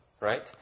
Right